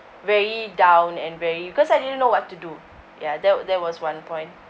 very down and very because I didn't know what to do ya that that was one point